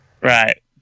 Right